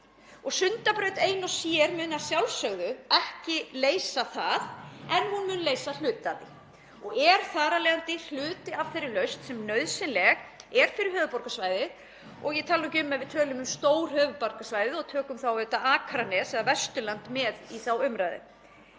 Sundabraut ein og sér mun að sjálfsögðu ekki leysa það en hún mun leysa hluta af því og er þar af leiðandi hluti af þeirri lausn sem nauðsynleg er fyrir höfuðborgarsvæðið og ég tala nú ekki um ef við tölum um stórhöfuðborgarsvæðið og tökum þá auðvitað Akranes og Vesturland með í þá umræðu.